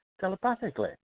telepathically